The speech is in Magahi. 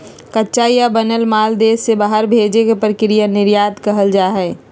कच्चा या बनल माल देश से बाहर भेजे के प्रक्रिया के निर्यात कहल जा हय